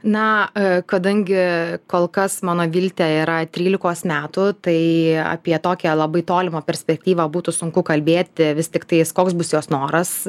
na kadangi kol kas mano viltė yra trylikos metų tai apie tokią labai tolimą perspektyvą būtų sunku kalbėti vis tiktais koks bus jos noras